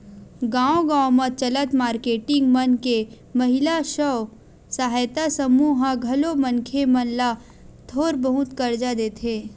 गाँव गाँव म चलत मारकेटिंग मन के महिला स्व सहायता समूह ह घलो मनखे मन ल थोर बहुत करजा देथे